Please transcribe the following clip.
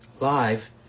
live